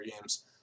games